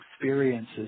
experiences